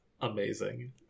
amazing